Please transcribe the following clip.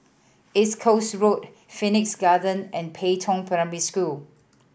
East Coast Road Phoenix Garden and Pei Tong Primary School